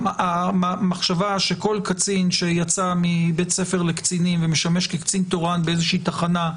המחשבה שכל קצין שיצא מבית ספר לקצינים ומשמש כקצין תורן באיזושהי תחנה,